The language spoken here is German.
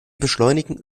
beschleunigen